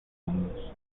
fondos